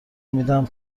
میدم